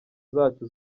zacu